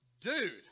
Dude